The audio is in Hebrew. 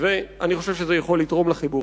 אני קורא לך,